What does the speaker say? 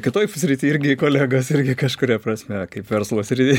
kitoj srity irgi kolegos irgi kažkuria prasme kaip verslo srity